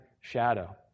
shadow